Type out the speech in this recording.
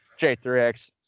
J3X